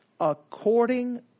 According